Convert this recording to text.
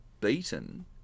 beaten